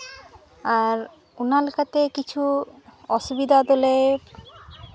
ᱚᱱᱟ ᱞᱮᱠᱟᱛᱮ ᱠᱤᱪᱷᱩ ᱚᱥᱩᱵᱤᱫᱷᱟ ᱫᱚᱞᱮ